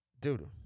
dude